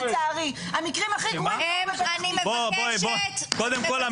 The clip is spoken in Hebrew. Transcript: --- אני מבקשת, אני מבקשת --- קודם כל,